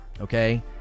okay